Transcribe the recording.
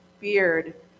beard